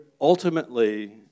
ultimately